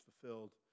fulfilled